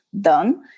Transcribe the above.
done